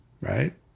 right